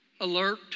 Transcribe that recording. alert